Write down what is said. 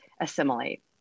assimilate